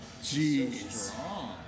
Jeez